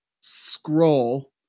scroll